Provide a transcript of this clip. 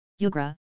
Yugra